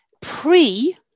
pre